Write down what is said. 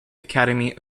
academy